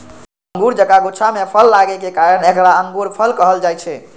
अंगूर जकां गुच्छा मे फल लागै के कारण एकरा अंगूरफल कहल जाइ छै